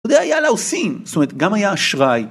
זה היה עושים, זאת אומרת, גם היה אשראי.